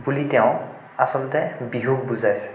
বুলি তেওঁ আচলতে বিহুক বুজাইছে